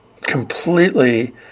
completely